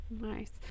Nice